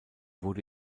wurde